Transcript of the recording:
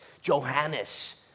Johannes